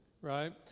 right